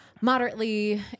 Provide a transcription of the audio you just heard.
moderately